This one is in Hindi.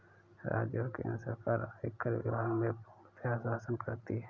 राज्य और केन्द्र सरकार आयकर विभाग में पूर्णतयः शासन करती हैं